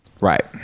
Right